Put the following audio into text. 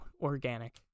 organic